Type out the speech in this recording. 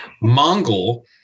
Mongol